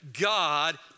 God